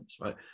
right